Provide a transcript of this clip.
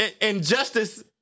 injustice